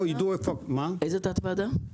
איזו ועדה?